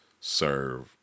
serve